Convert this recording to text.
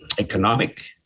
economic